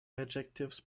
adjectives